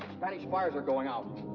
spanish fires are going out!